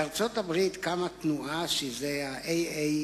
בארצות-הברית קמה תנועהAARP,